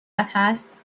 هست